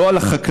לא על החקלאים,